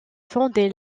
fondé